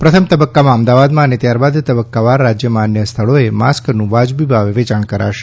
પ્રથમ તબક્કામાં અમદાવાદમાં અને ત્યારબાદ તબક્કાવાર રાજ્યમાં અન્ય સ્થળોએ માસ્કનું વાજબી ભાવે વેચાણ કરાશે